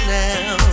now